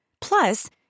Plus